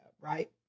right